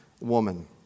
woman